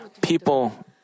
people